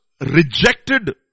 rejected